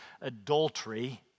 adultery